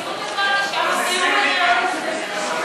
מיקי, כמה זמן אתה הולך